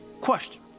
question